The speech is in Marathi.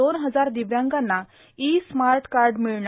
दोन हजार दिव्यांगांना ई स्मार्ट कार्ड मिळणार